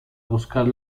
buscar